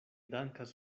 dankas